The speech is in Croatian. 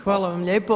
Hvala vam lijepo.